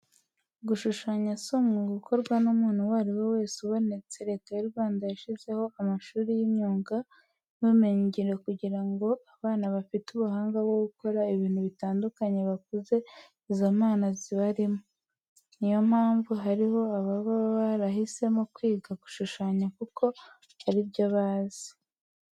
Gushushanya si umwuga ukorwa n'umuntu uwo ari we wese ubonetse. Leta y'u Rwanda yashyizeho amashuri y'imyuga n'ubumenyingiro kugira ngo abana bafite ubuhanga bwo gukora ibintu bitandukanye bakuze izo mpano zibarimo. Niyo mpamvu harimo ababa barahisemo kwiga gushushanya kuko ari byo bazi.